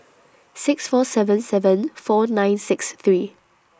six four seven seven four nine six three